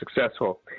successful